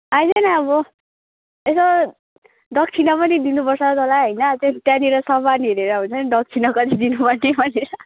आइज न अब यसो दक्षिणा पनि दिनुपर्छ तँलाई होइन त्यहाँनिर सामान हेरेर हुन्छ नि दक्षिणा कति दिनुपर्छ भनेर